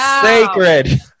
Sacred